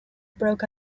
broke